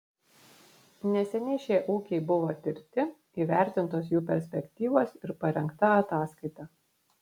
neseniai šie ūkiai buvo tirti įvertintos jų perspektyvos ir parengta ataskaita